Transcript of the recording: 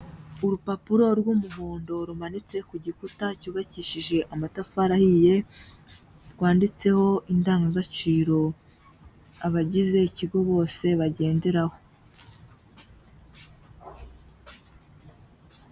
Urupapuro rw'umuhondo rumanitse ku gikuta cyubakishije amatafari ahiye, rwanditseho indangagaciro abagize ikigo bose bagenderaho.